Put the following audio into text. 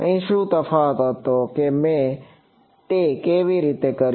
અહીં શું તફાવત હતો કે મેં તે કેવી રીતે કર્યું